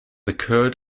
occurred